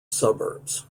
suburbs